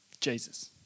Jesus